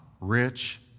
rich